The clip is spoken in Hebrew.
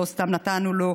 לא סתם נתנו לו,